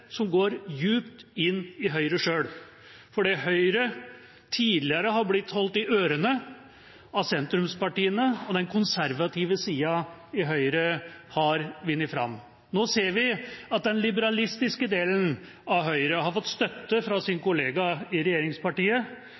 som går dypt inn i Høyre selv, fordi Høyre tidligere har blitt holdt i ørene av sentrumspartiene og den konservative sida i Høyre har vunnet fram. Nå ser vi at den liberalistiske delen av Høyre har fått støtte av sin kollega i